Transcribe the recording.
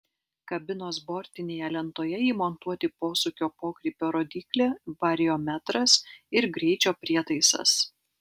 kabinos bortinėje lentoje įmontuoti posūkio pokrypio rodyklė variometras ir greičio prietaisas